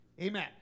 Amen